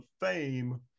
fame